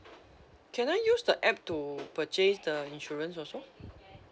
can I use the app to purchase the insurance also